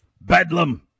bedlam